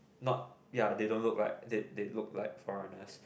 not ya they don't look like ya they they look like foreigners